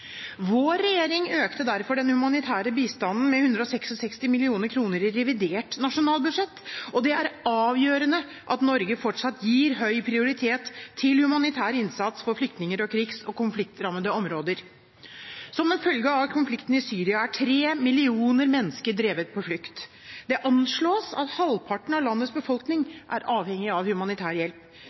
Vår regjering økte derfor den humanitære bistanden med 166 mill. kr i revidert nasjonalbudsjett, og det er avgjørende at Norge fortsatt gir høy prioritet til humanitær innsats for flyktninger og krigs- og konfliktrammede områder. Som en følge av konflikten i Syria er tre millioner mennesker drevet på flukt. Det anslås at halvparten av landets befolkning er avhengig av humanitær hjelp.